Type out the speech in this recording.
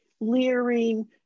leering